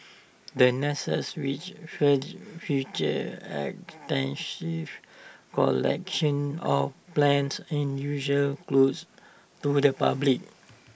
the which features extensive collections of plants is usually closed to the public